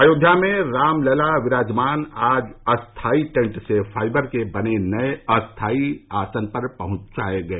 अयोध्या में रामलला विराजमान आज अस्थायी टेन्ट से फाइबर के बने नए अस्थायी आसन पर पहुंचाए गए